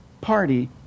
party